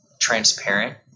transparent